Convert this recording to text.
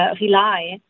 rely